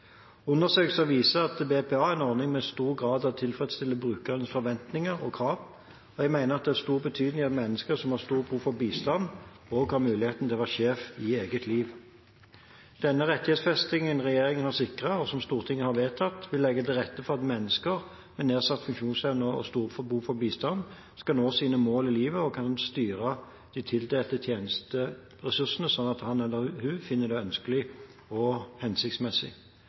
Undersøkelser viser at BPA er en ordning som i stor grad tilfredsstiller brukernes forventninger og krav. Jeg mener at det er av stor betydning at mennesker som har stort behov for bistand, også har mulighet til å være sjef i eget liv. Den rettighetsfestingen regjeringen har sikret, og som Stortinget har vedtatt, vil legge til rette for at mennesker med nedsatt funksjonsevne og stort behov for bistand skal nå sine mål i livet, og at de kan styre de tildelte tjenesteressursene slik han eller hun finner det ønskelig og hensiktsmessig.